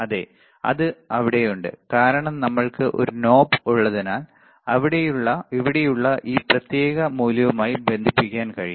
അതെ അത് അവിടെയുണ്ട് കാരണം നമ്മൾക്ക് ഒരു knob ഉള്ളതിനാൽ ഇവിടെയുള്ള ഈ പ്രത്യേക മൂല്യവുമായി ബന്ധിപ്പിക്കാൻ കഴിയും